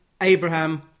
Abraham